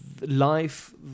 life